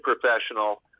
professional